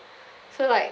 so like